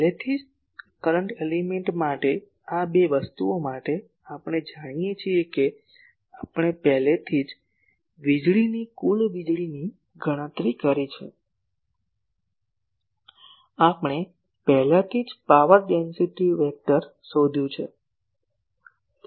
પહેલેથી જ current element માટે આ બે વસ્તુઓ માટે આપણે જાણીએ છીએ કે આપણે પહેલેથી જ વીજળીની કુલ વીજળીની ગણતરી કરી છે આપણે પહેલાથી જ પાવર ડેન્સિટી વેક્ટર શોધ્યું છે